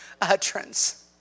utterance